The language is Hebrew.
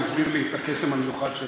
הוא הסביר לי את הקסם המיוחד של